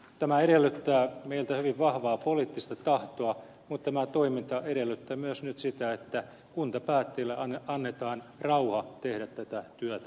tämä edellyttää meiltä hyvin vahvaa poliittista tahtoa mutta tämä toiminta edellyttää myös nyt sitä että kuntapäättäjille annetaan rauha tehdä tätä työtä eteenpäin